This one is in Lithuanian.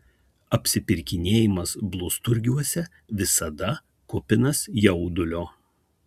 apsipirkinėjimas blusturgiuose visada kupinas jaudulio